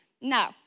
no